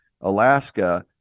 Alaska